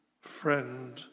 Friend